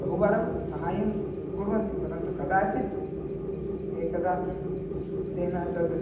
बहुवारं सहायं सः कुर्वन्ति परन्तु कदाचित् एकदा तेन तद्